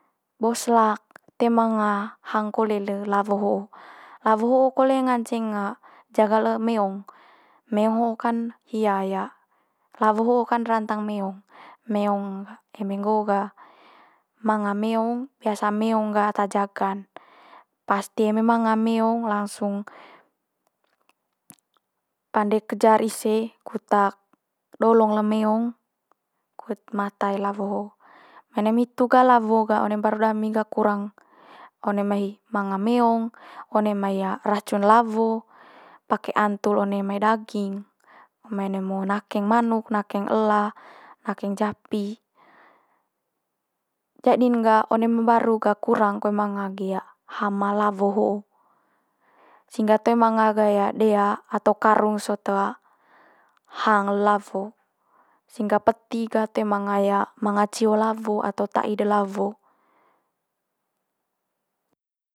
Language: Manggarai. Boslak toe manga hang kole le lawo ho'o. Lawo ho'o kole nganceng jaga le meong. Meong ho kan hia lawo ho'o kan rantang meong, meong eme nggoo gah manga meong biasa meong ga ata jaga'n. Pasti eme manga meong langsung pande kejar ise kut dolong le meong kut mata i lawo ho'o. Mai one mai hitu gah lawo gah one mbaru dami gah kurang. One mai manga meong, one mai racun lawo, pake antul one mai daging, mai one mai nakeng manuk, nakeng ela, nakeng japi. Jadi'n gah one mai mbaru gah kurang koe manga gi hama lawo ho'o. Sehingga toe manga ga dea atau karung sot hang le lawo. Sehingga peti ga toe manga manga cio lawo atau tai de lawo.